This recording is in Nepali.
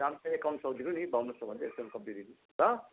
दाम चाहिँ एकाउन्न सय दिनु नि बाउन्न सय भन्छ एक सय कम्ती दिनु ल